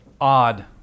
odd